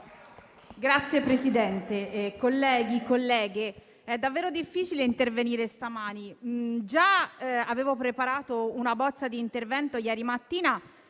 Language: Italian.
Signor Presidente, colleghi e colleghe, è davvero difficile intervenire questa mattina. Avevo già preparato una bozza di intervento ieri mattina,